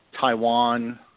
Taiwan